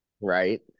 Right